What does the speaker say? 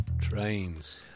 Trains